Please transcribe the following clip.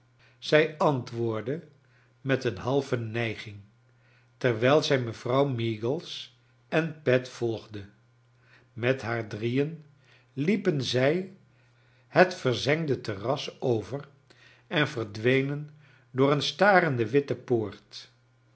zij antwoord de met een halve nijging terwijl zij i mevrouw meagles en pet volgde met haar drieen liepen zij het verzeng de terras over en verdwenen door i een starende witte poort